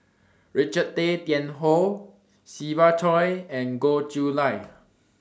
Richard Tay Tian Hoe Siva Choy and Goh Chiew Lye